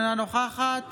אינה נוכחת